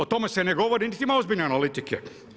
O tome se ne govori niti ozbiljne analitike.